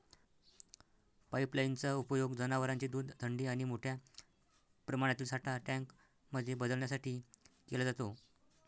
pipeline चा उपयोग जनवरांचे दूध थंडी आणि मोठ्या प्रमाणातील साठा टँक मध्ये बदलण्यासाठी केला जातो